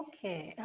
Okay